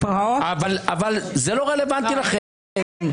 אבל זה לא רלוונטי לכם,